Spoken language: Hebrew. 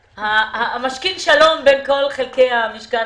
משכין השלום בין כל חלקי המשכן.